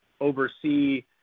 oversee